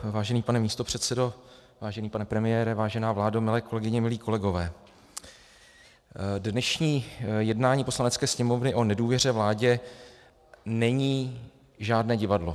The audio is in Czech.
Vážený pane místopředsedo, vážený pane premiére, vážená vládo, milé kolegyně, milí kolegové, dnešní jednání Poslanecké sněmovny o nedůvěře vládě není žádné divadlo.